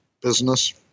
business